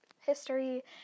history